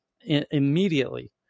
immediately